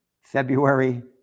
February